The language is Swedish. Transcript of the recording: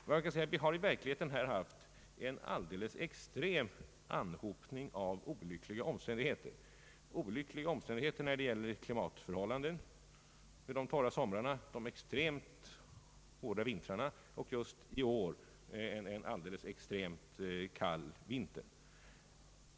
Man kan säga att vi har haft en anhopning av olyckliga omständigheter i fråga om klimatförhållandena: torra somrar, hårda vintrar och i år en alldeles speciellt sträng kyla.